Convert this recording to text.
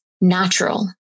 natural